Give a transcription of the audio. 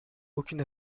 aucune